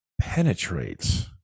penetrates